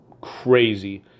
crazy